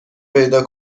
پیدا